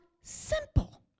simple